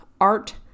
art